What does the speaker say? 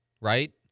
Right